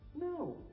No